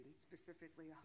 specifically